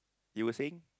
you were saying